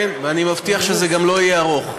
כן, ואני מבטיח שזה גם לא יהיה ארוך.